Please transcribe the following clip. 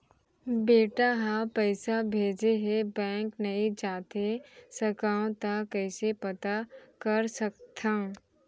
बेटा ह पइसा भेजे हे बैंक नई जाथे सकंव त कइसे पता कर सकथव?